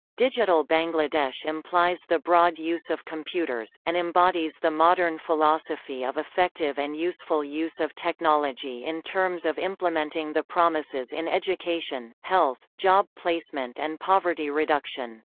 digital bangladesh implies the broad use of computers, and embodies the modern philosophy of effective and useful use of technology in terms of implementing the promises in education, health, job placement and poverty reduction.